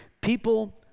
people